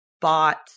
bought